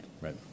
right